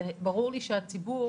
ברור לי שהציבור,